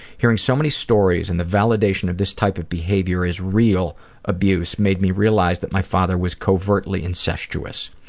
hearing so many stories in the validation of this type of behavior as real abuse made me realize that my father was covertly incestuous.